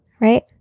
Right